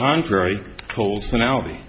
contrary cold final